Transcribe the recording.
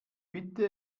bitte